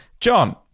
john